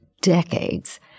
decades